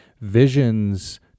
visions